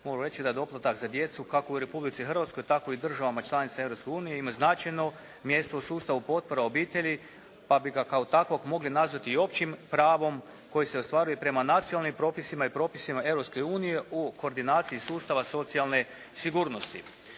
moram reći da je doplatak na djecu kako u Republici Hrvatskoj tako i državama članicama Europske unije imaju značajno mjesto u sustavu potpora obitelji, pa bi ga kao takvog mogli nazvati i općim pravom koji se ostvaruje prema nacionalnim propisima i propisima Europske unije u koordinaciji sustava socijalne sigurnosti.